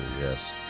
yes